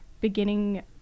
beginning